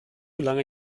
lange